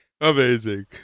Amazing